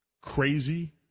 crazy